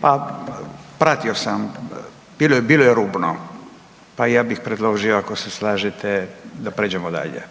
Pa pratio sam, bilo je, bilo je rubno pa ja bih predložio ako se slažete da pređemo dalje.